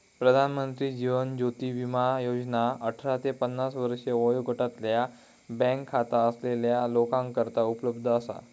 प्रधानमंत्री जीवन ज्योती विमा योजना अठरा ते पन्नास वर्षे वयोगटातल्या बँक खाता असलेल्या लोकांकरता उपलब्ध असा